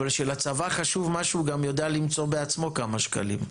אבל כשלצבא חשוב משהו הוא גם יודע למצוא בעצמו כמה שקלים,